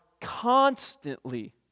constantly